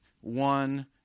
one